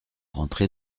rentré